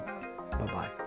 Bye-bye